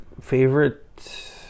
Favorite